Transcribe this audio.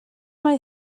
mae